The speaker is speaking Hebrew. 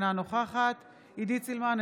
אינה נוכחת עידית סילמן,